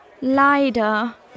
Leider